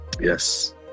yes